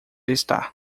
está